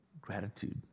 gratitude